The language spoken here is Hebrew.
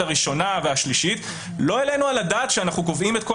הראשונה והשלישית: לא העלינו על הדעת שאנחנו קובעים את כל